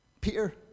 peter